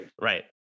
Right